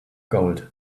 gold